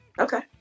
Okay